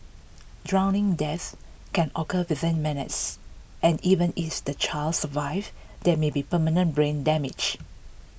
drowning deaths can occur within minutes and even is the child survives there may be permanent brain damage